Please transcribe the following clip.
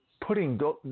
putting